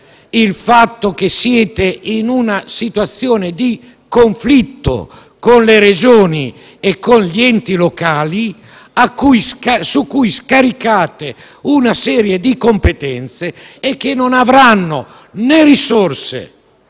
il fatto che siete in una situazione di conflitto con le Regioni e con gli enti locali, su cui scaricate una serie di competenze e che non avranno né le risorse,